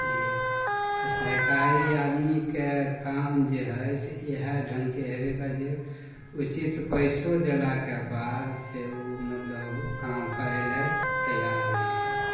बुझलिए तऽ सरकारी आदमीके काम जे हइ से इएह ढङ्गके हेबै करै छै उचित पैसो देलाके बाद से ओ मतलब काम करैलए तैआर नहि हइ